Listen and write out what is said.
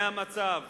מהמצב